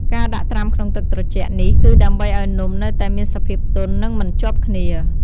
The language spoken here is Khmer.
ការដាក់ត្រាំក្នុងទឹកត្រជាក់នេះគឺដើម្បីឲ្យនំនៅតែមានសភាពទន់ និងមិនជាប់គ្នា។